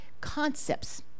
concepts